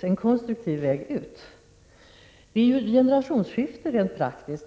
en konstruktiv väg ut ur ett svårt läge. Det pågår ett generationsskifte.